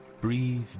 breathe